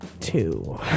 Two